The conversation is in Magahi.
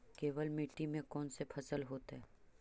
केवल मिट्टी में कौन से फसल होतै?